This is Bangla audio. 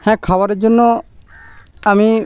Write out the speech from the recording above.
হ্যাঁ খাবারের জন্য আমি